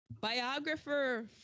Biographer